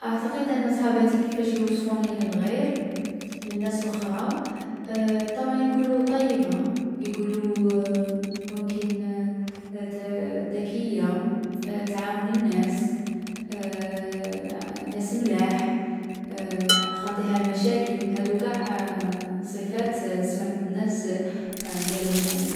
أعتقد أن صحاباتي كيفاش يوصفوني للغير للناس لخرى، طبعا يقولو طيبة، يقولو ممكن ذكية، تعاون الناس، ناس ملاح، خاطيها المشاكل. هاذو قاع صفات سمعت الناس قالوهم عليا.